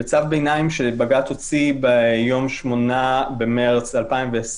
בצו ביניים שבג"ץ הוציא ביום 8 במרץ 2020,